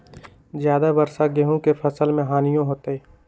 ज्यादा वर्षा गेंहू के फसल मे हानियों होतेई?